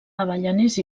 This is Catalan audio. avellaners